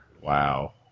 Wow